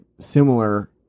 similar